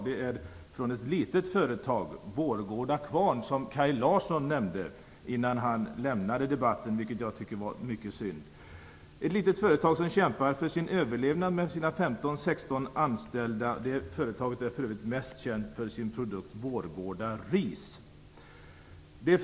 Brevet kommer från ett litet företag, Vårgårda Kvarn, som Kaj Larsson nämnde innan han lämnade debatten - vilket jag tycker är mycket synd. Det är ett litet företag som kämpar för sin överlevnad med sina 15, 16 anställda. Företaget är för övrigt mest känd för sin produkt Vårgårda Ris.